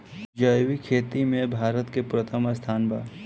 जैविक खेती में भारत के प्रथम स्थान बा